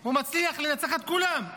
הוא מצליח לנצח את כולם.